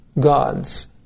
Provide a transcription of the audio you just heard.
gods